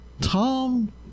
Tom